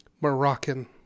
Moroccan